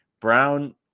Brown